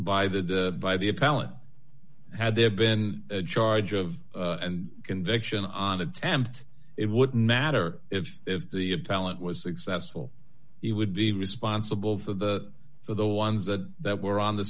by the by the appellant had there been a charge of and conviction on attempt it wouldn't matter if the talent was successful it would be responsible for the so the ones that that were on the